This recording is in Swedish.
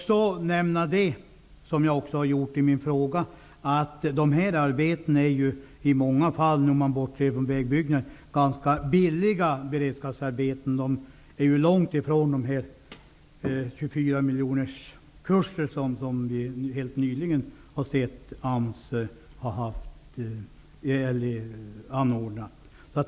Som jag nämnde i min fråga är de här arbetena i många fall, bortsett från vägbyggena, ganska billiga beredskapsarbeten. De ligger långt ifrån de 24 miljonerskurser som AMS nyligen har anordnat.